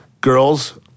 girls